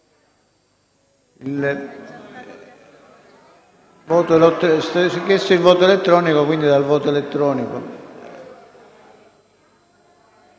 il voto elettronico,